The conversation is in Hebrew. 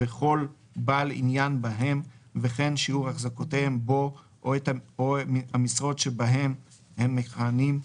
וכל בעל עניין בהם וכן שיעור החזקותיהם בו או המשרות שבהן הם מכהנים,